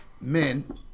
men